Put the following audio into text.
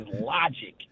logic